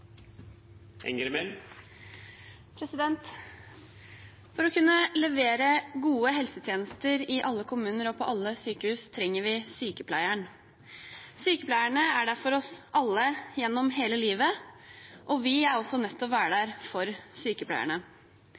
For å kunne levere gode helsetjenester i alle kommuner og på alle sykehus trenger vi sykepleieren. Sykepleierne er der for oss alle, gjennom hele livet, og vi er også nødt til å være der for sykepleierne.